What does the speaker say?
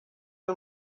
del